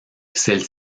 celle